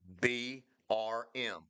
B-R-M